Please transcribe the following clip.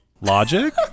logic